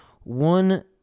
one